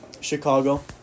Chicago